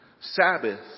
Sabbath